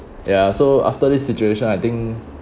ya so after this situation I think